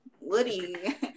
Woody